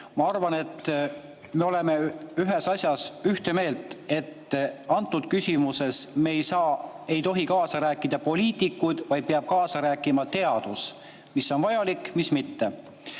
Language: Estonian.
Ma arvan, et me oleme ühes asjas ühte meelt: antud küsimuses ei saa ega tohi kaasa rääkida poliitikud, vaid peab rääkima teadus, mis on vajalik ja mis ei